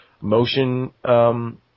motion –